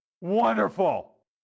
Wonderful